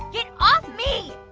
get off me.